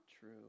true